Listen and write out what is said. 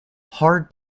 hard